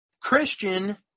Christian